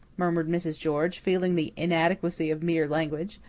murmured mrs. george, feeling the inadequacy of mere language.